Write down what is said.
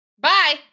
Bye